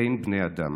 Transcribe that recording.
בין בני אדם.